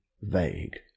vague